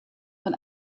von